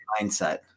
mindset